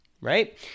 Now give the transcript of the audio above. right